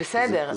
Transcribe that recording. בסדר,